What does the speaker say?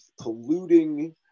polluting